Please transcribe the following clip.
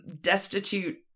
destitute